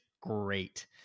great